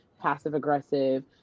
passive-aggressive